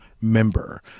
member